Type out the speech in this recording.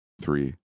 three